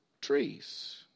trees